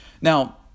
Now